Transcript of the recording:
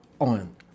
on